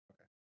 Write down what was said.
Okay